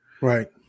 Right